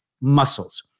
muscles